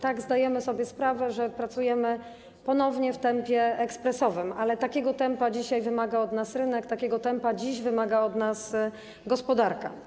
Tak, zdajemy sobie sprawę, że pracujemy ponownie w tempie ekspresowym, ale takiego tempa dzisiaj wymaga od nas rynek, takiego tempa dziś wymaga od nas gospodarka.